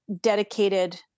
dedicated